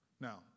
Now